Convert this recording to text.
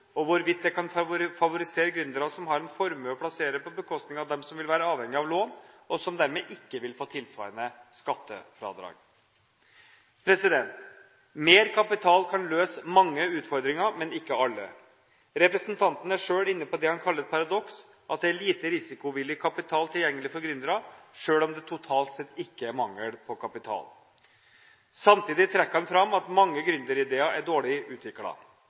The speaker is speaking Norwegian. og hvorvidt det kan favorisere gründere som har en formue å plassere på bekostning av dem som er avhengige av lån, og som dermed ikke vil få tilsvarende skattefradrag. Mer kapital kan løse mange utfordringer, men ikke alle. Representanten er selv inne på det han kaller et paradoks, at det er lite risikovillig kapital tilgjengelig for gründere, selv om det totalt sett ikke er mangel på kapital. Samtidig trekker han fram at mange gründerideer er dårlig